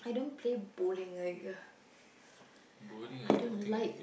I don't play bowling like uh I don't like